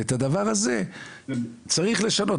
ואת הדבר הזה צריך לשנות.